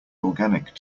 organic